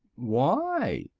why?